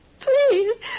Please